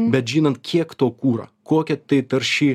bet žinant kiek to kura kokia tai tarši